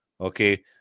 Okay